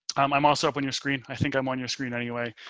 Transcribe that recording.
i'm i'm also up on your screen. i think i'm on your screen anyway.